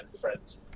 friends